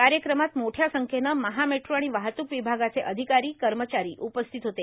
कार्यक्रमात मोठ्या संख्यनं महा मेट्रो आणि वाहतूक विभागाचे अधिकारी कर्मचारी उपस्थित होते